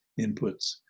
inputs